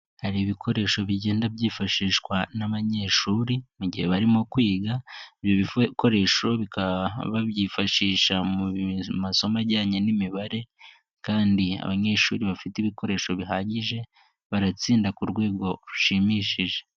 Hari ibikoresho bigenda byifashishwa n'abanyeshuri mu gihe barimo, ibi bikoresho bikaba babyifashisha mu masomo ajyanye n'imibare, kandi abanyeshuri bafite ibikoresho bihagije, baratsinda ku rwego rushimishije.